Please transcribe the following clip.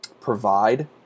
provide